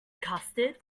custard